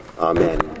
Amen